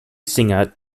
singer